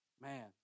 Man